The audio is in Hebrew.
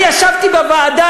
אני ישבתי בוועדה,